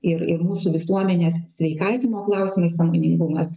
ir ir mūsų visuomenės sveikatinimo klausimais sąmoningumas